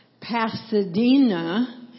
Pasadena